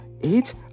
eight